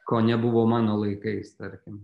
ko nebuvo mano laikais tarkim